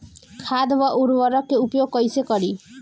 खाद व उर्वरक के उपयोग कइसे करी?